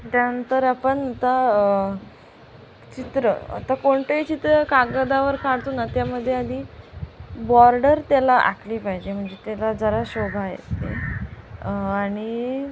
त्यानंतर आपण आता चित्र आता कोणतंही चित्र कागदावर काढतो ना त्यामध्ये आधी बॉर्डर त्याला आखली पाहिजे म्हणजे त्याला जरा शोभा येते आणि